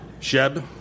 Sheb